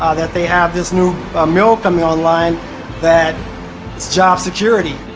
ah that they have this new mill coming online that is job security.